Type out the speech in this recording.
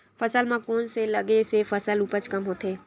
फसल म कोन से लगे से फसल उपज कम होथे?